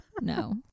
No